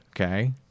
Okay